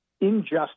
injustice